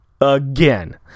Again